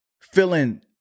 feeling